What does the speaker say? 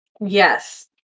Yes